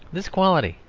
this quality,